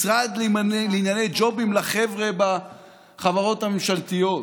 משרד לענייני ג'ובים לחבר'ה בחברות הממשלתיות,